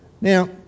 Now